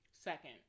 Second